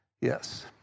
Yes